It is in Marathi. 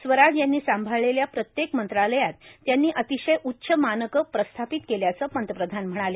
स्वराज यांनी सांभाळलेल्या प्रत्येक मंत्रालयात त्यांनी अतिशय उच्च मानकं प्रस्थापित केल्याचं पंतप्रधान म्हणाले